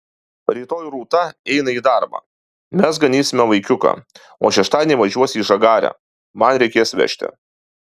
rytoj rūta eina į darbą mes ganysime vaikiuką o šeštadienį važiuos į žagarę man reikės vežti